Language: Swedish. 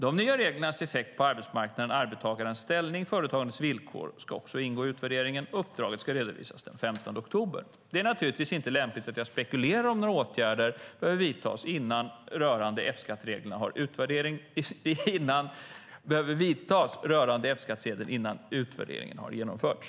De nya reglernas effekter på arbetsmarknaden, arbetstagarens ställning och företagandets villkor ska också ingå i utvärderingen. Uppdraget ska redovisas den 15 oktober 2013. Det är naturligtvis inte lämpligt att jag spekulerar över om några åtgärder behöver vidtas rörande F-skattereglerna innan utvärderingen har genomförts.